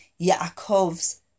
Yaakov's